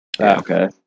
okay